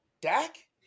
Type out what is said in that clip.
Dak